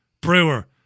Brewer